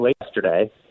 yesterday